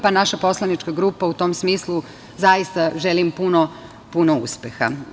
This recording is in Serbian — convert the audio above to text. Naša poslanička grupa, u tom smislu zaista želi puno, puno uspeha.